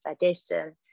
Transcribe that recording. digestion